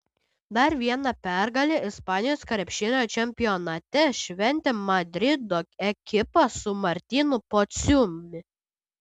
dar vieną pergalę ispanijos krepšinio čempionate šventė madrido ekipa su martynu pociumi